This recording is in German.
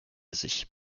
sich